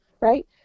right